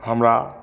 हमरा